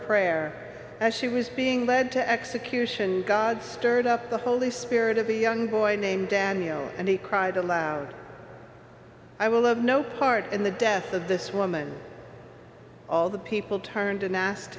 prayer as she was being led to execution god stirred up the holy spirit of the young boy named daniel and he cried aloud i will have no part in the death of this woman all the people turned and asked